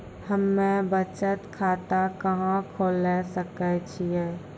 हम्मे बचत खाता कहां खोले सकै छियै?